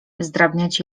zdrabniać